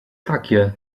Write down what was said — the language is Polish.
takie